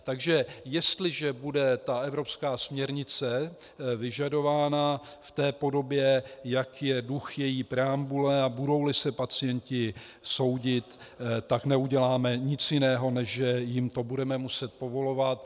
Takže jestliže bude evropská směrnice vyžadována v podobě, jak je duch její preambule, a budouli se pacienti soudit, tak neuděláme nic jiného, než že jim to budeme muset povolovat.